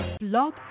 Love